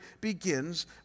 begins